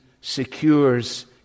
secures